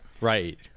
Right